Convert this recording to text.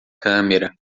câmera